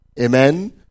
Amen